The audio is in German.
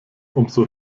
umso